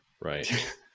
Right